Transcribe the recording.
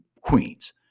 queens